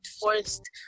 forced